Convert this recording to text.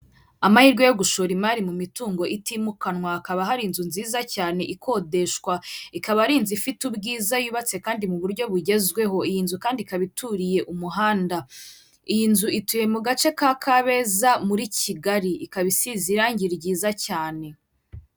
Amahirwe yo gushora imari mu mitungo itimukanwa, hakaba hari inzu nziza cyane ikodeshwa ikaba ari inzu ifite ubwiza yubatse kandi mu buryo bugezweho, iyi nzu kandi ikaba ituriye umuhanda, iyi nzu ituye mu gace ka Kabeza muri Kigali, ikaba isize irangi ryiza cyane.